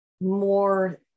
more